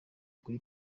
kuri